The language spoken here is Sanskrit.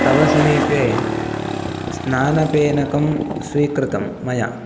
तव समीपे स्नानपेनकं स्वीकृतं मया